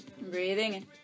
Breathing